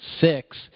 six –